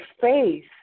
faith